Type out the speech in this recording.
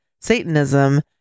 Satanism